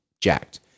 jacked